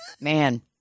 man